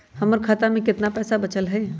हमर खाता में केतना पैसा बचल हई?